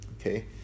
okay